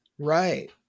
Right